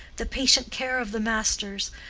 the patient care of the masters,